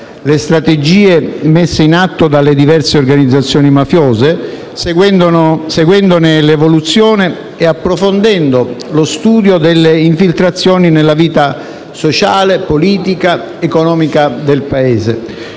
le strategie messe in atto dalle diverse organizzazioni mafiose, seguendone l'evoluzione e approfondendo lo studio delle infiltrazioni nella vita sociale, politica ed economica del Paese